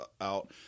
out